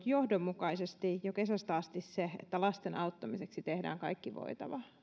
johdonmukaisesti jo kesästä asti se että lasten auttamiseksi tehdään kaikki voitava